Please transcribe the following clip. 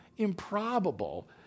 improbable